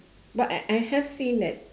but I I have seen that